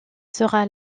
sera